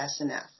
SNF